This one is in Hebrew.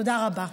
תודה רבה.